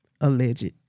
alleged